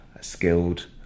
skilled